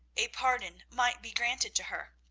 a pardon might be granted to her.